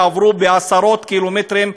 ועברו בעשרות קילומטרים,